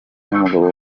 n’umugabo